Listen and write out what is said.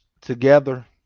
together